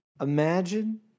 imagine